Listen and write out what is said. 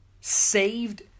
saved